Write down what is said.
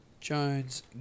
Jones